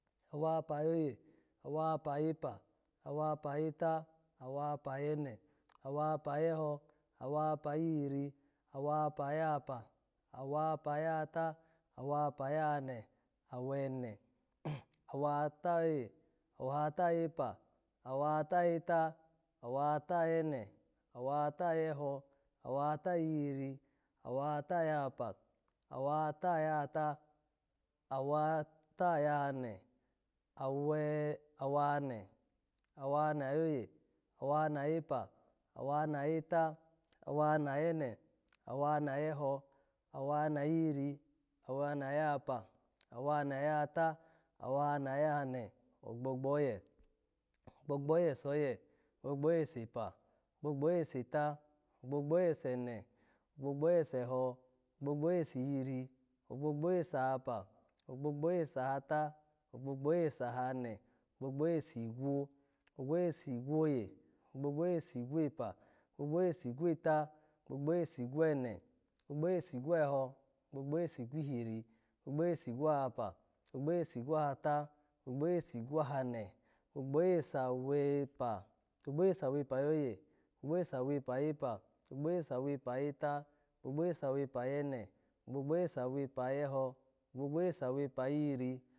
Awahapa ayoye, awahapa ayepa, awahapa ayeta, awahapa ayene, awahapa ayeho, awahapa ayihiri, awahapa ayahapa, awahapa ayahata, awahapa ayahane, awene awahata ayoye, awahata ayepa, awahata ayeta, awahata ayene, awahata ayeho, awahata ayihiri, awahata ayahapa, awahata ayahata, awahata-ta ayahane, awe-awahane, awahane ayoye, awahane ayepa, awahane ayeta, awahane ayene, awahane ayeho, awahane ayihiri, awahane ayahapa, awahane ayahata, awahane ayahane, ogbogbo oye, ogbogbo oye soye, ogbogbo oye sepa, ogbogbo oye seta, ogbogbo oye sene, ogbogbo oye seho, ogbogbo oye sihiri, ogbogbo oye sahapa, ogbogbo oye sahata, ogbogbo oye sahane, ogbogbo oye sigwo, ogbogbo oye sigwoye, ogbogbo oye sigwepa, ogbogbo oye sigweta, ogbogbo oye sigwene, ogbogbo oye sigweho, ogbogbo oye sigwihiri, ogbogbo oye sigwahapa, ogbogbo oye sigwahata, ogbogbo oye sigwahane, ogbogbo oye sawepa, ogbogbo oye sawepa ayoye, ogbogbo oye sawepa ayepa, ogbogbo oye sawepa ayeta, ogbogbo oye sawepa ayene, ogbogbo oye sawepa ayeho, ogbogbo oye sawepa ayihiri